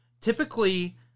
typically